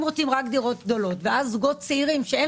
הם רוצים רק דירות גדולות ואז זוגות צעירים שאין